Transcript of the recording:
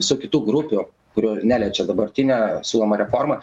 visų kitų grupių kurių neliečia dabartinė siūloma reforma